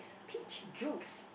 peach juice